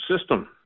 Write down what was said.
system